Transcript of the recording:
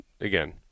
again